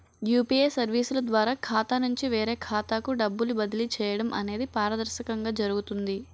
UPA సర్వీసుల ద్వారా ఖాతా నుంచి వేరే ఖాతాకు డబ్బులు బదిలీ చేయడం అనేది పారదర్శకంగా జరుగుతుంది